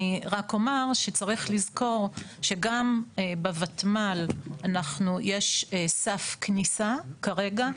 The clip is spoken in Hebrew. אני רק אומר שצריך לזכור שגם בוותמ"ל יש סף כניסה כרגע,